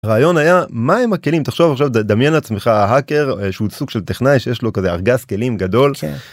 הרעיון היה, מה הם הכלים? תחשוב עכשיו, דמיין לעצמך האקר שהוא סוג של טכנאי שיש לו כזה ארגז כלים גדול.